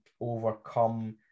overcome